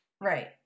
right